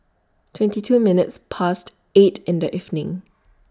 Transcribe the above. twenty two minutes Past eight in The evening